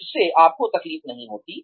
इससे आपको तकलीफ़ नहीं होती